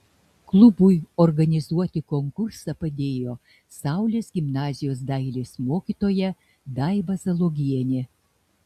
klubui organizuoti konkursą padėjo saulės gimnazijos dailės mokytoja daiva zalogienė